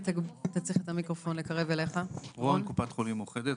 רכז נגישות ארצי בקופת חולים מאוחדת.